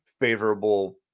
favorable